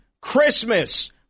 Christmas